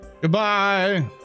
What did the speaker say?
Goodbye